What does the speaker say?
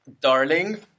darling